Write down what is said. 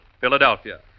Philadelphia